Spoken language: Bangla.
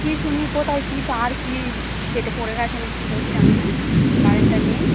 কিছু নেই কোথায় কী তার কী কেটে পড়ে গেছে না কী হয়েছে জানি না কারেনটা নেই